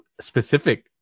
specific